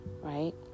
right